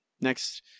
next